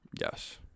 yes